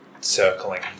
circling